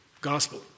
Gospel